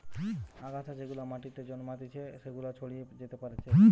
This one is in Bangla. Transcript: আগাছা যেগুলা মাটিতে জন্মাতিচে সেগুলা ছড়িয়ে যেতে পারছে